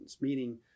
Meaning